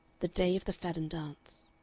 the day of the fadden dance.